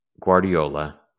Guardiola